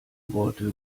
worte